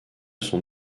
son